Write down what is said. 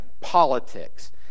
politics